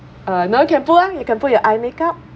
uh no one can pull them you can put your eye makeup